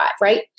right